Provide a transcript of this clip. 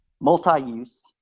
multi-use